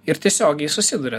ir tiesiogiai susiduria